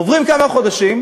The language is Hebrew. עוברים כמה חודשים,